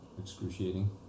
excruciating